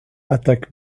attaquent